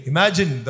Imagine